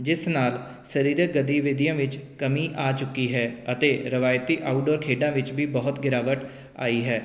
ਜਿਸ ਨਾਲ ਸਰੀਰਕ ਗਤੀਵਿਧੀਆਂ ਵਿੱਚ ਕਮੀ ਆ ਚੁੱਕੀ ਹੈ ਅਤੇ ਰਵਾਇਤੀ ਆਊਟਡੋਰ ਖੇਡਾਂ ਵਿੱਚ ਵੀ ਬਹੁਤ ਗਿਰਾਵਟ ਆਈ ਹੈ